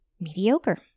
mediocre